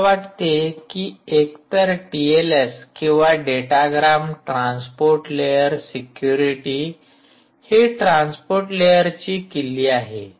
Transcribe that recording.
मला वाटते की एकतर टीएलएस किंवा डाटाग्राम ट्रान्सपोर्ट लेयर सिक्युरिटी हि ट्रान्सपोर्ट लेयरची किल्ली आहे